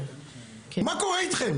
מה קורה איתכם?